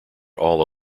all